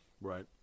Right